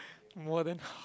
more than